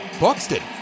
Buxton